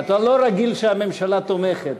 אתה לא רגיל שהממשלה תומכת.